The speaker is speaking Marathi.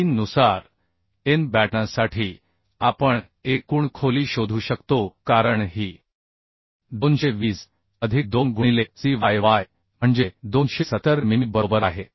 3 नुसार एन बॅटनसाठी आपण एकूण खोली शोधू शकतो कारण ही 220 अधिक 2 गुणिले Cyy म्हणजे 270 मिमी बरोबर आहे